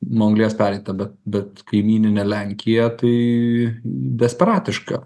nuo anglies pereita bet bet kaimyninė lenkija tai besparatiška